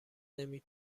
نمی